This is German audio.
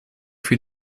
für